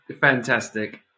Fantastic